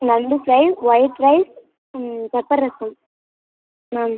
நண்டு fry white rice pepper rasam ம்